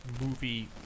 movie